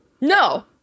No